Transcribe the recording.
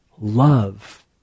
love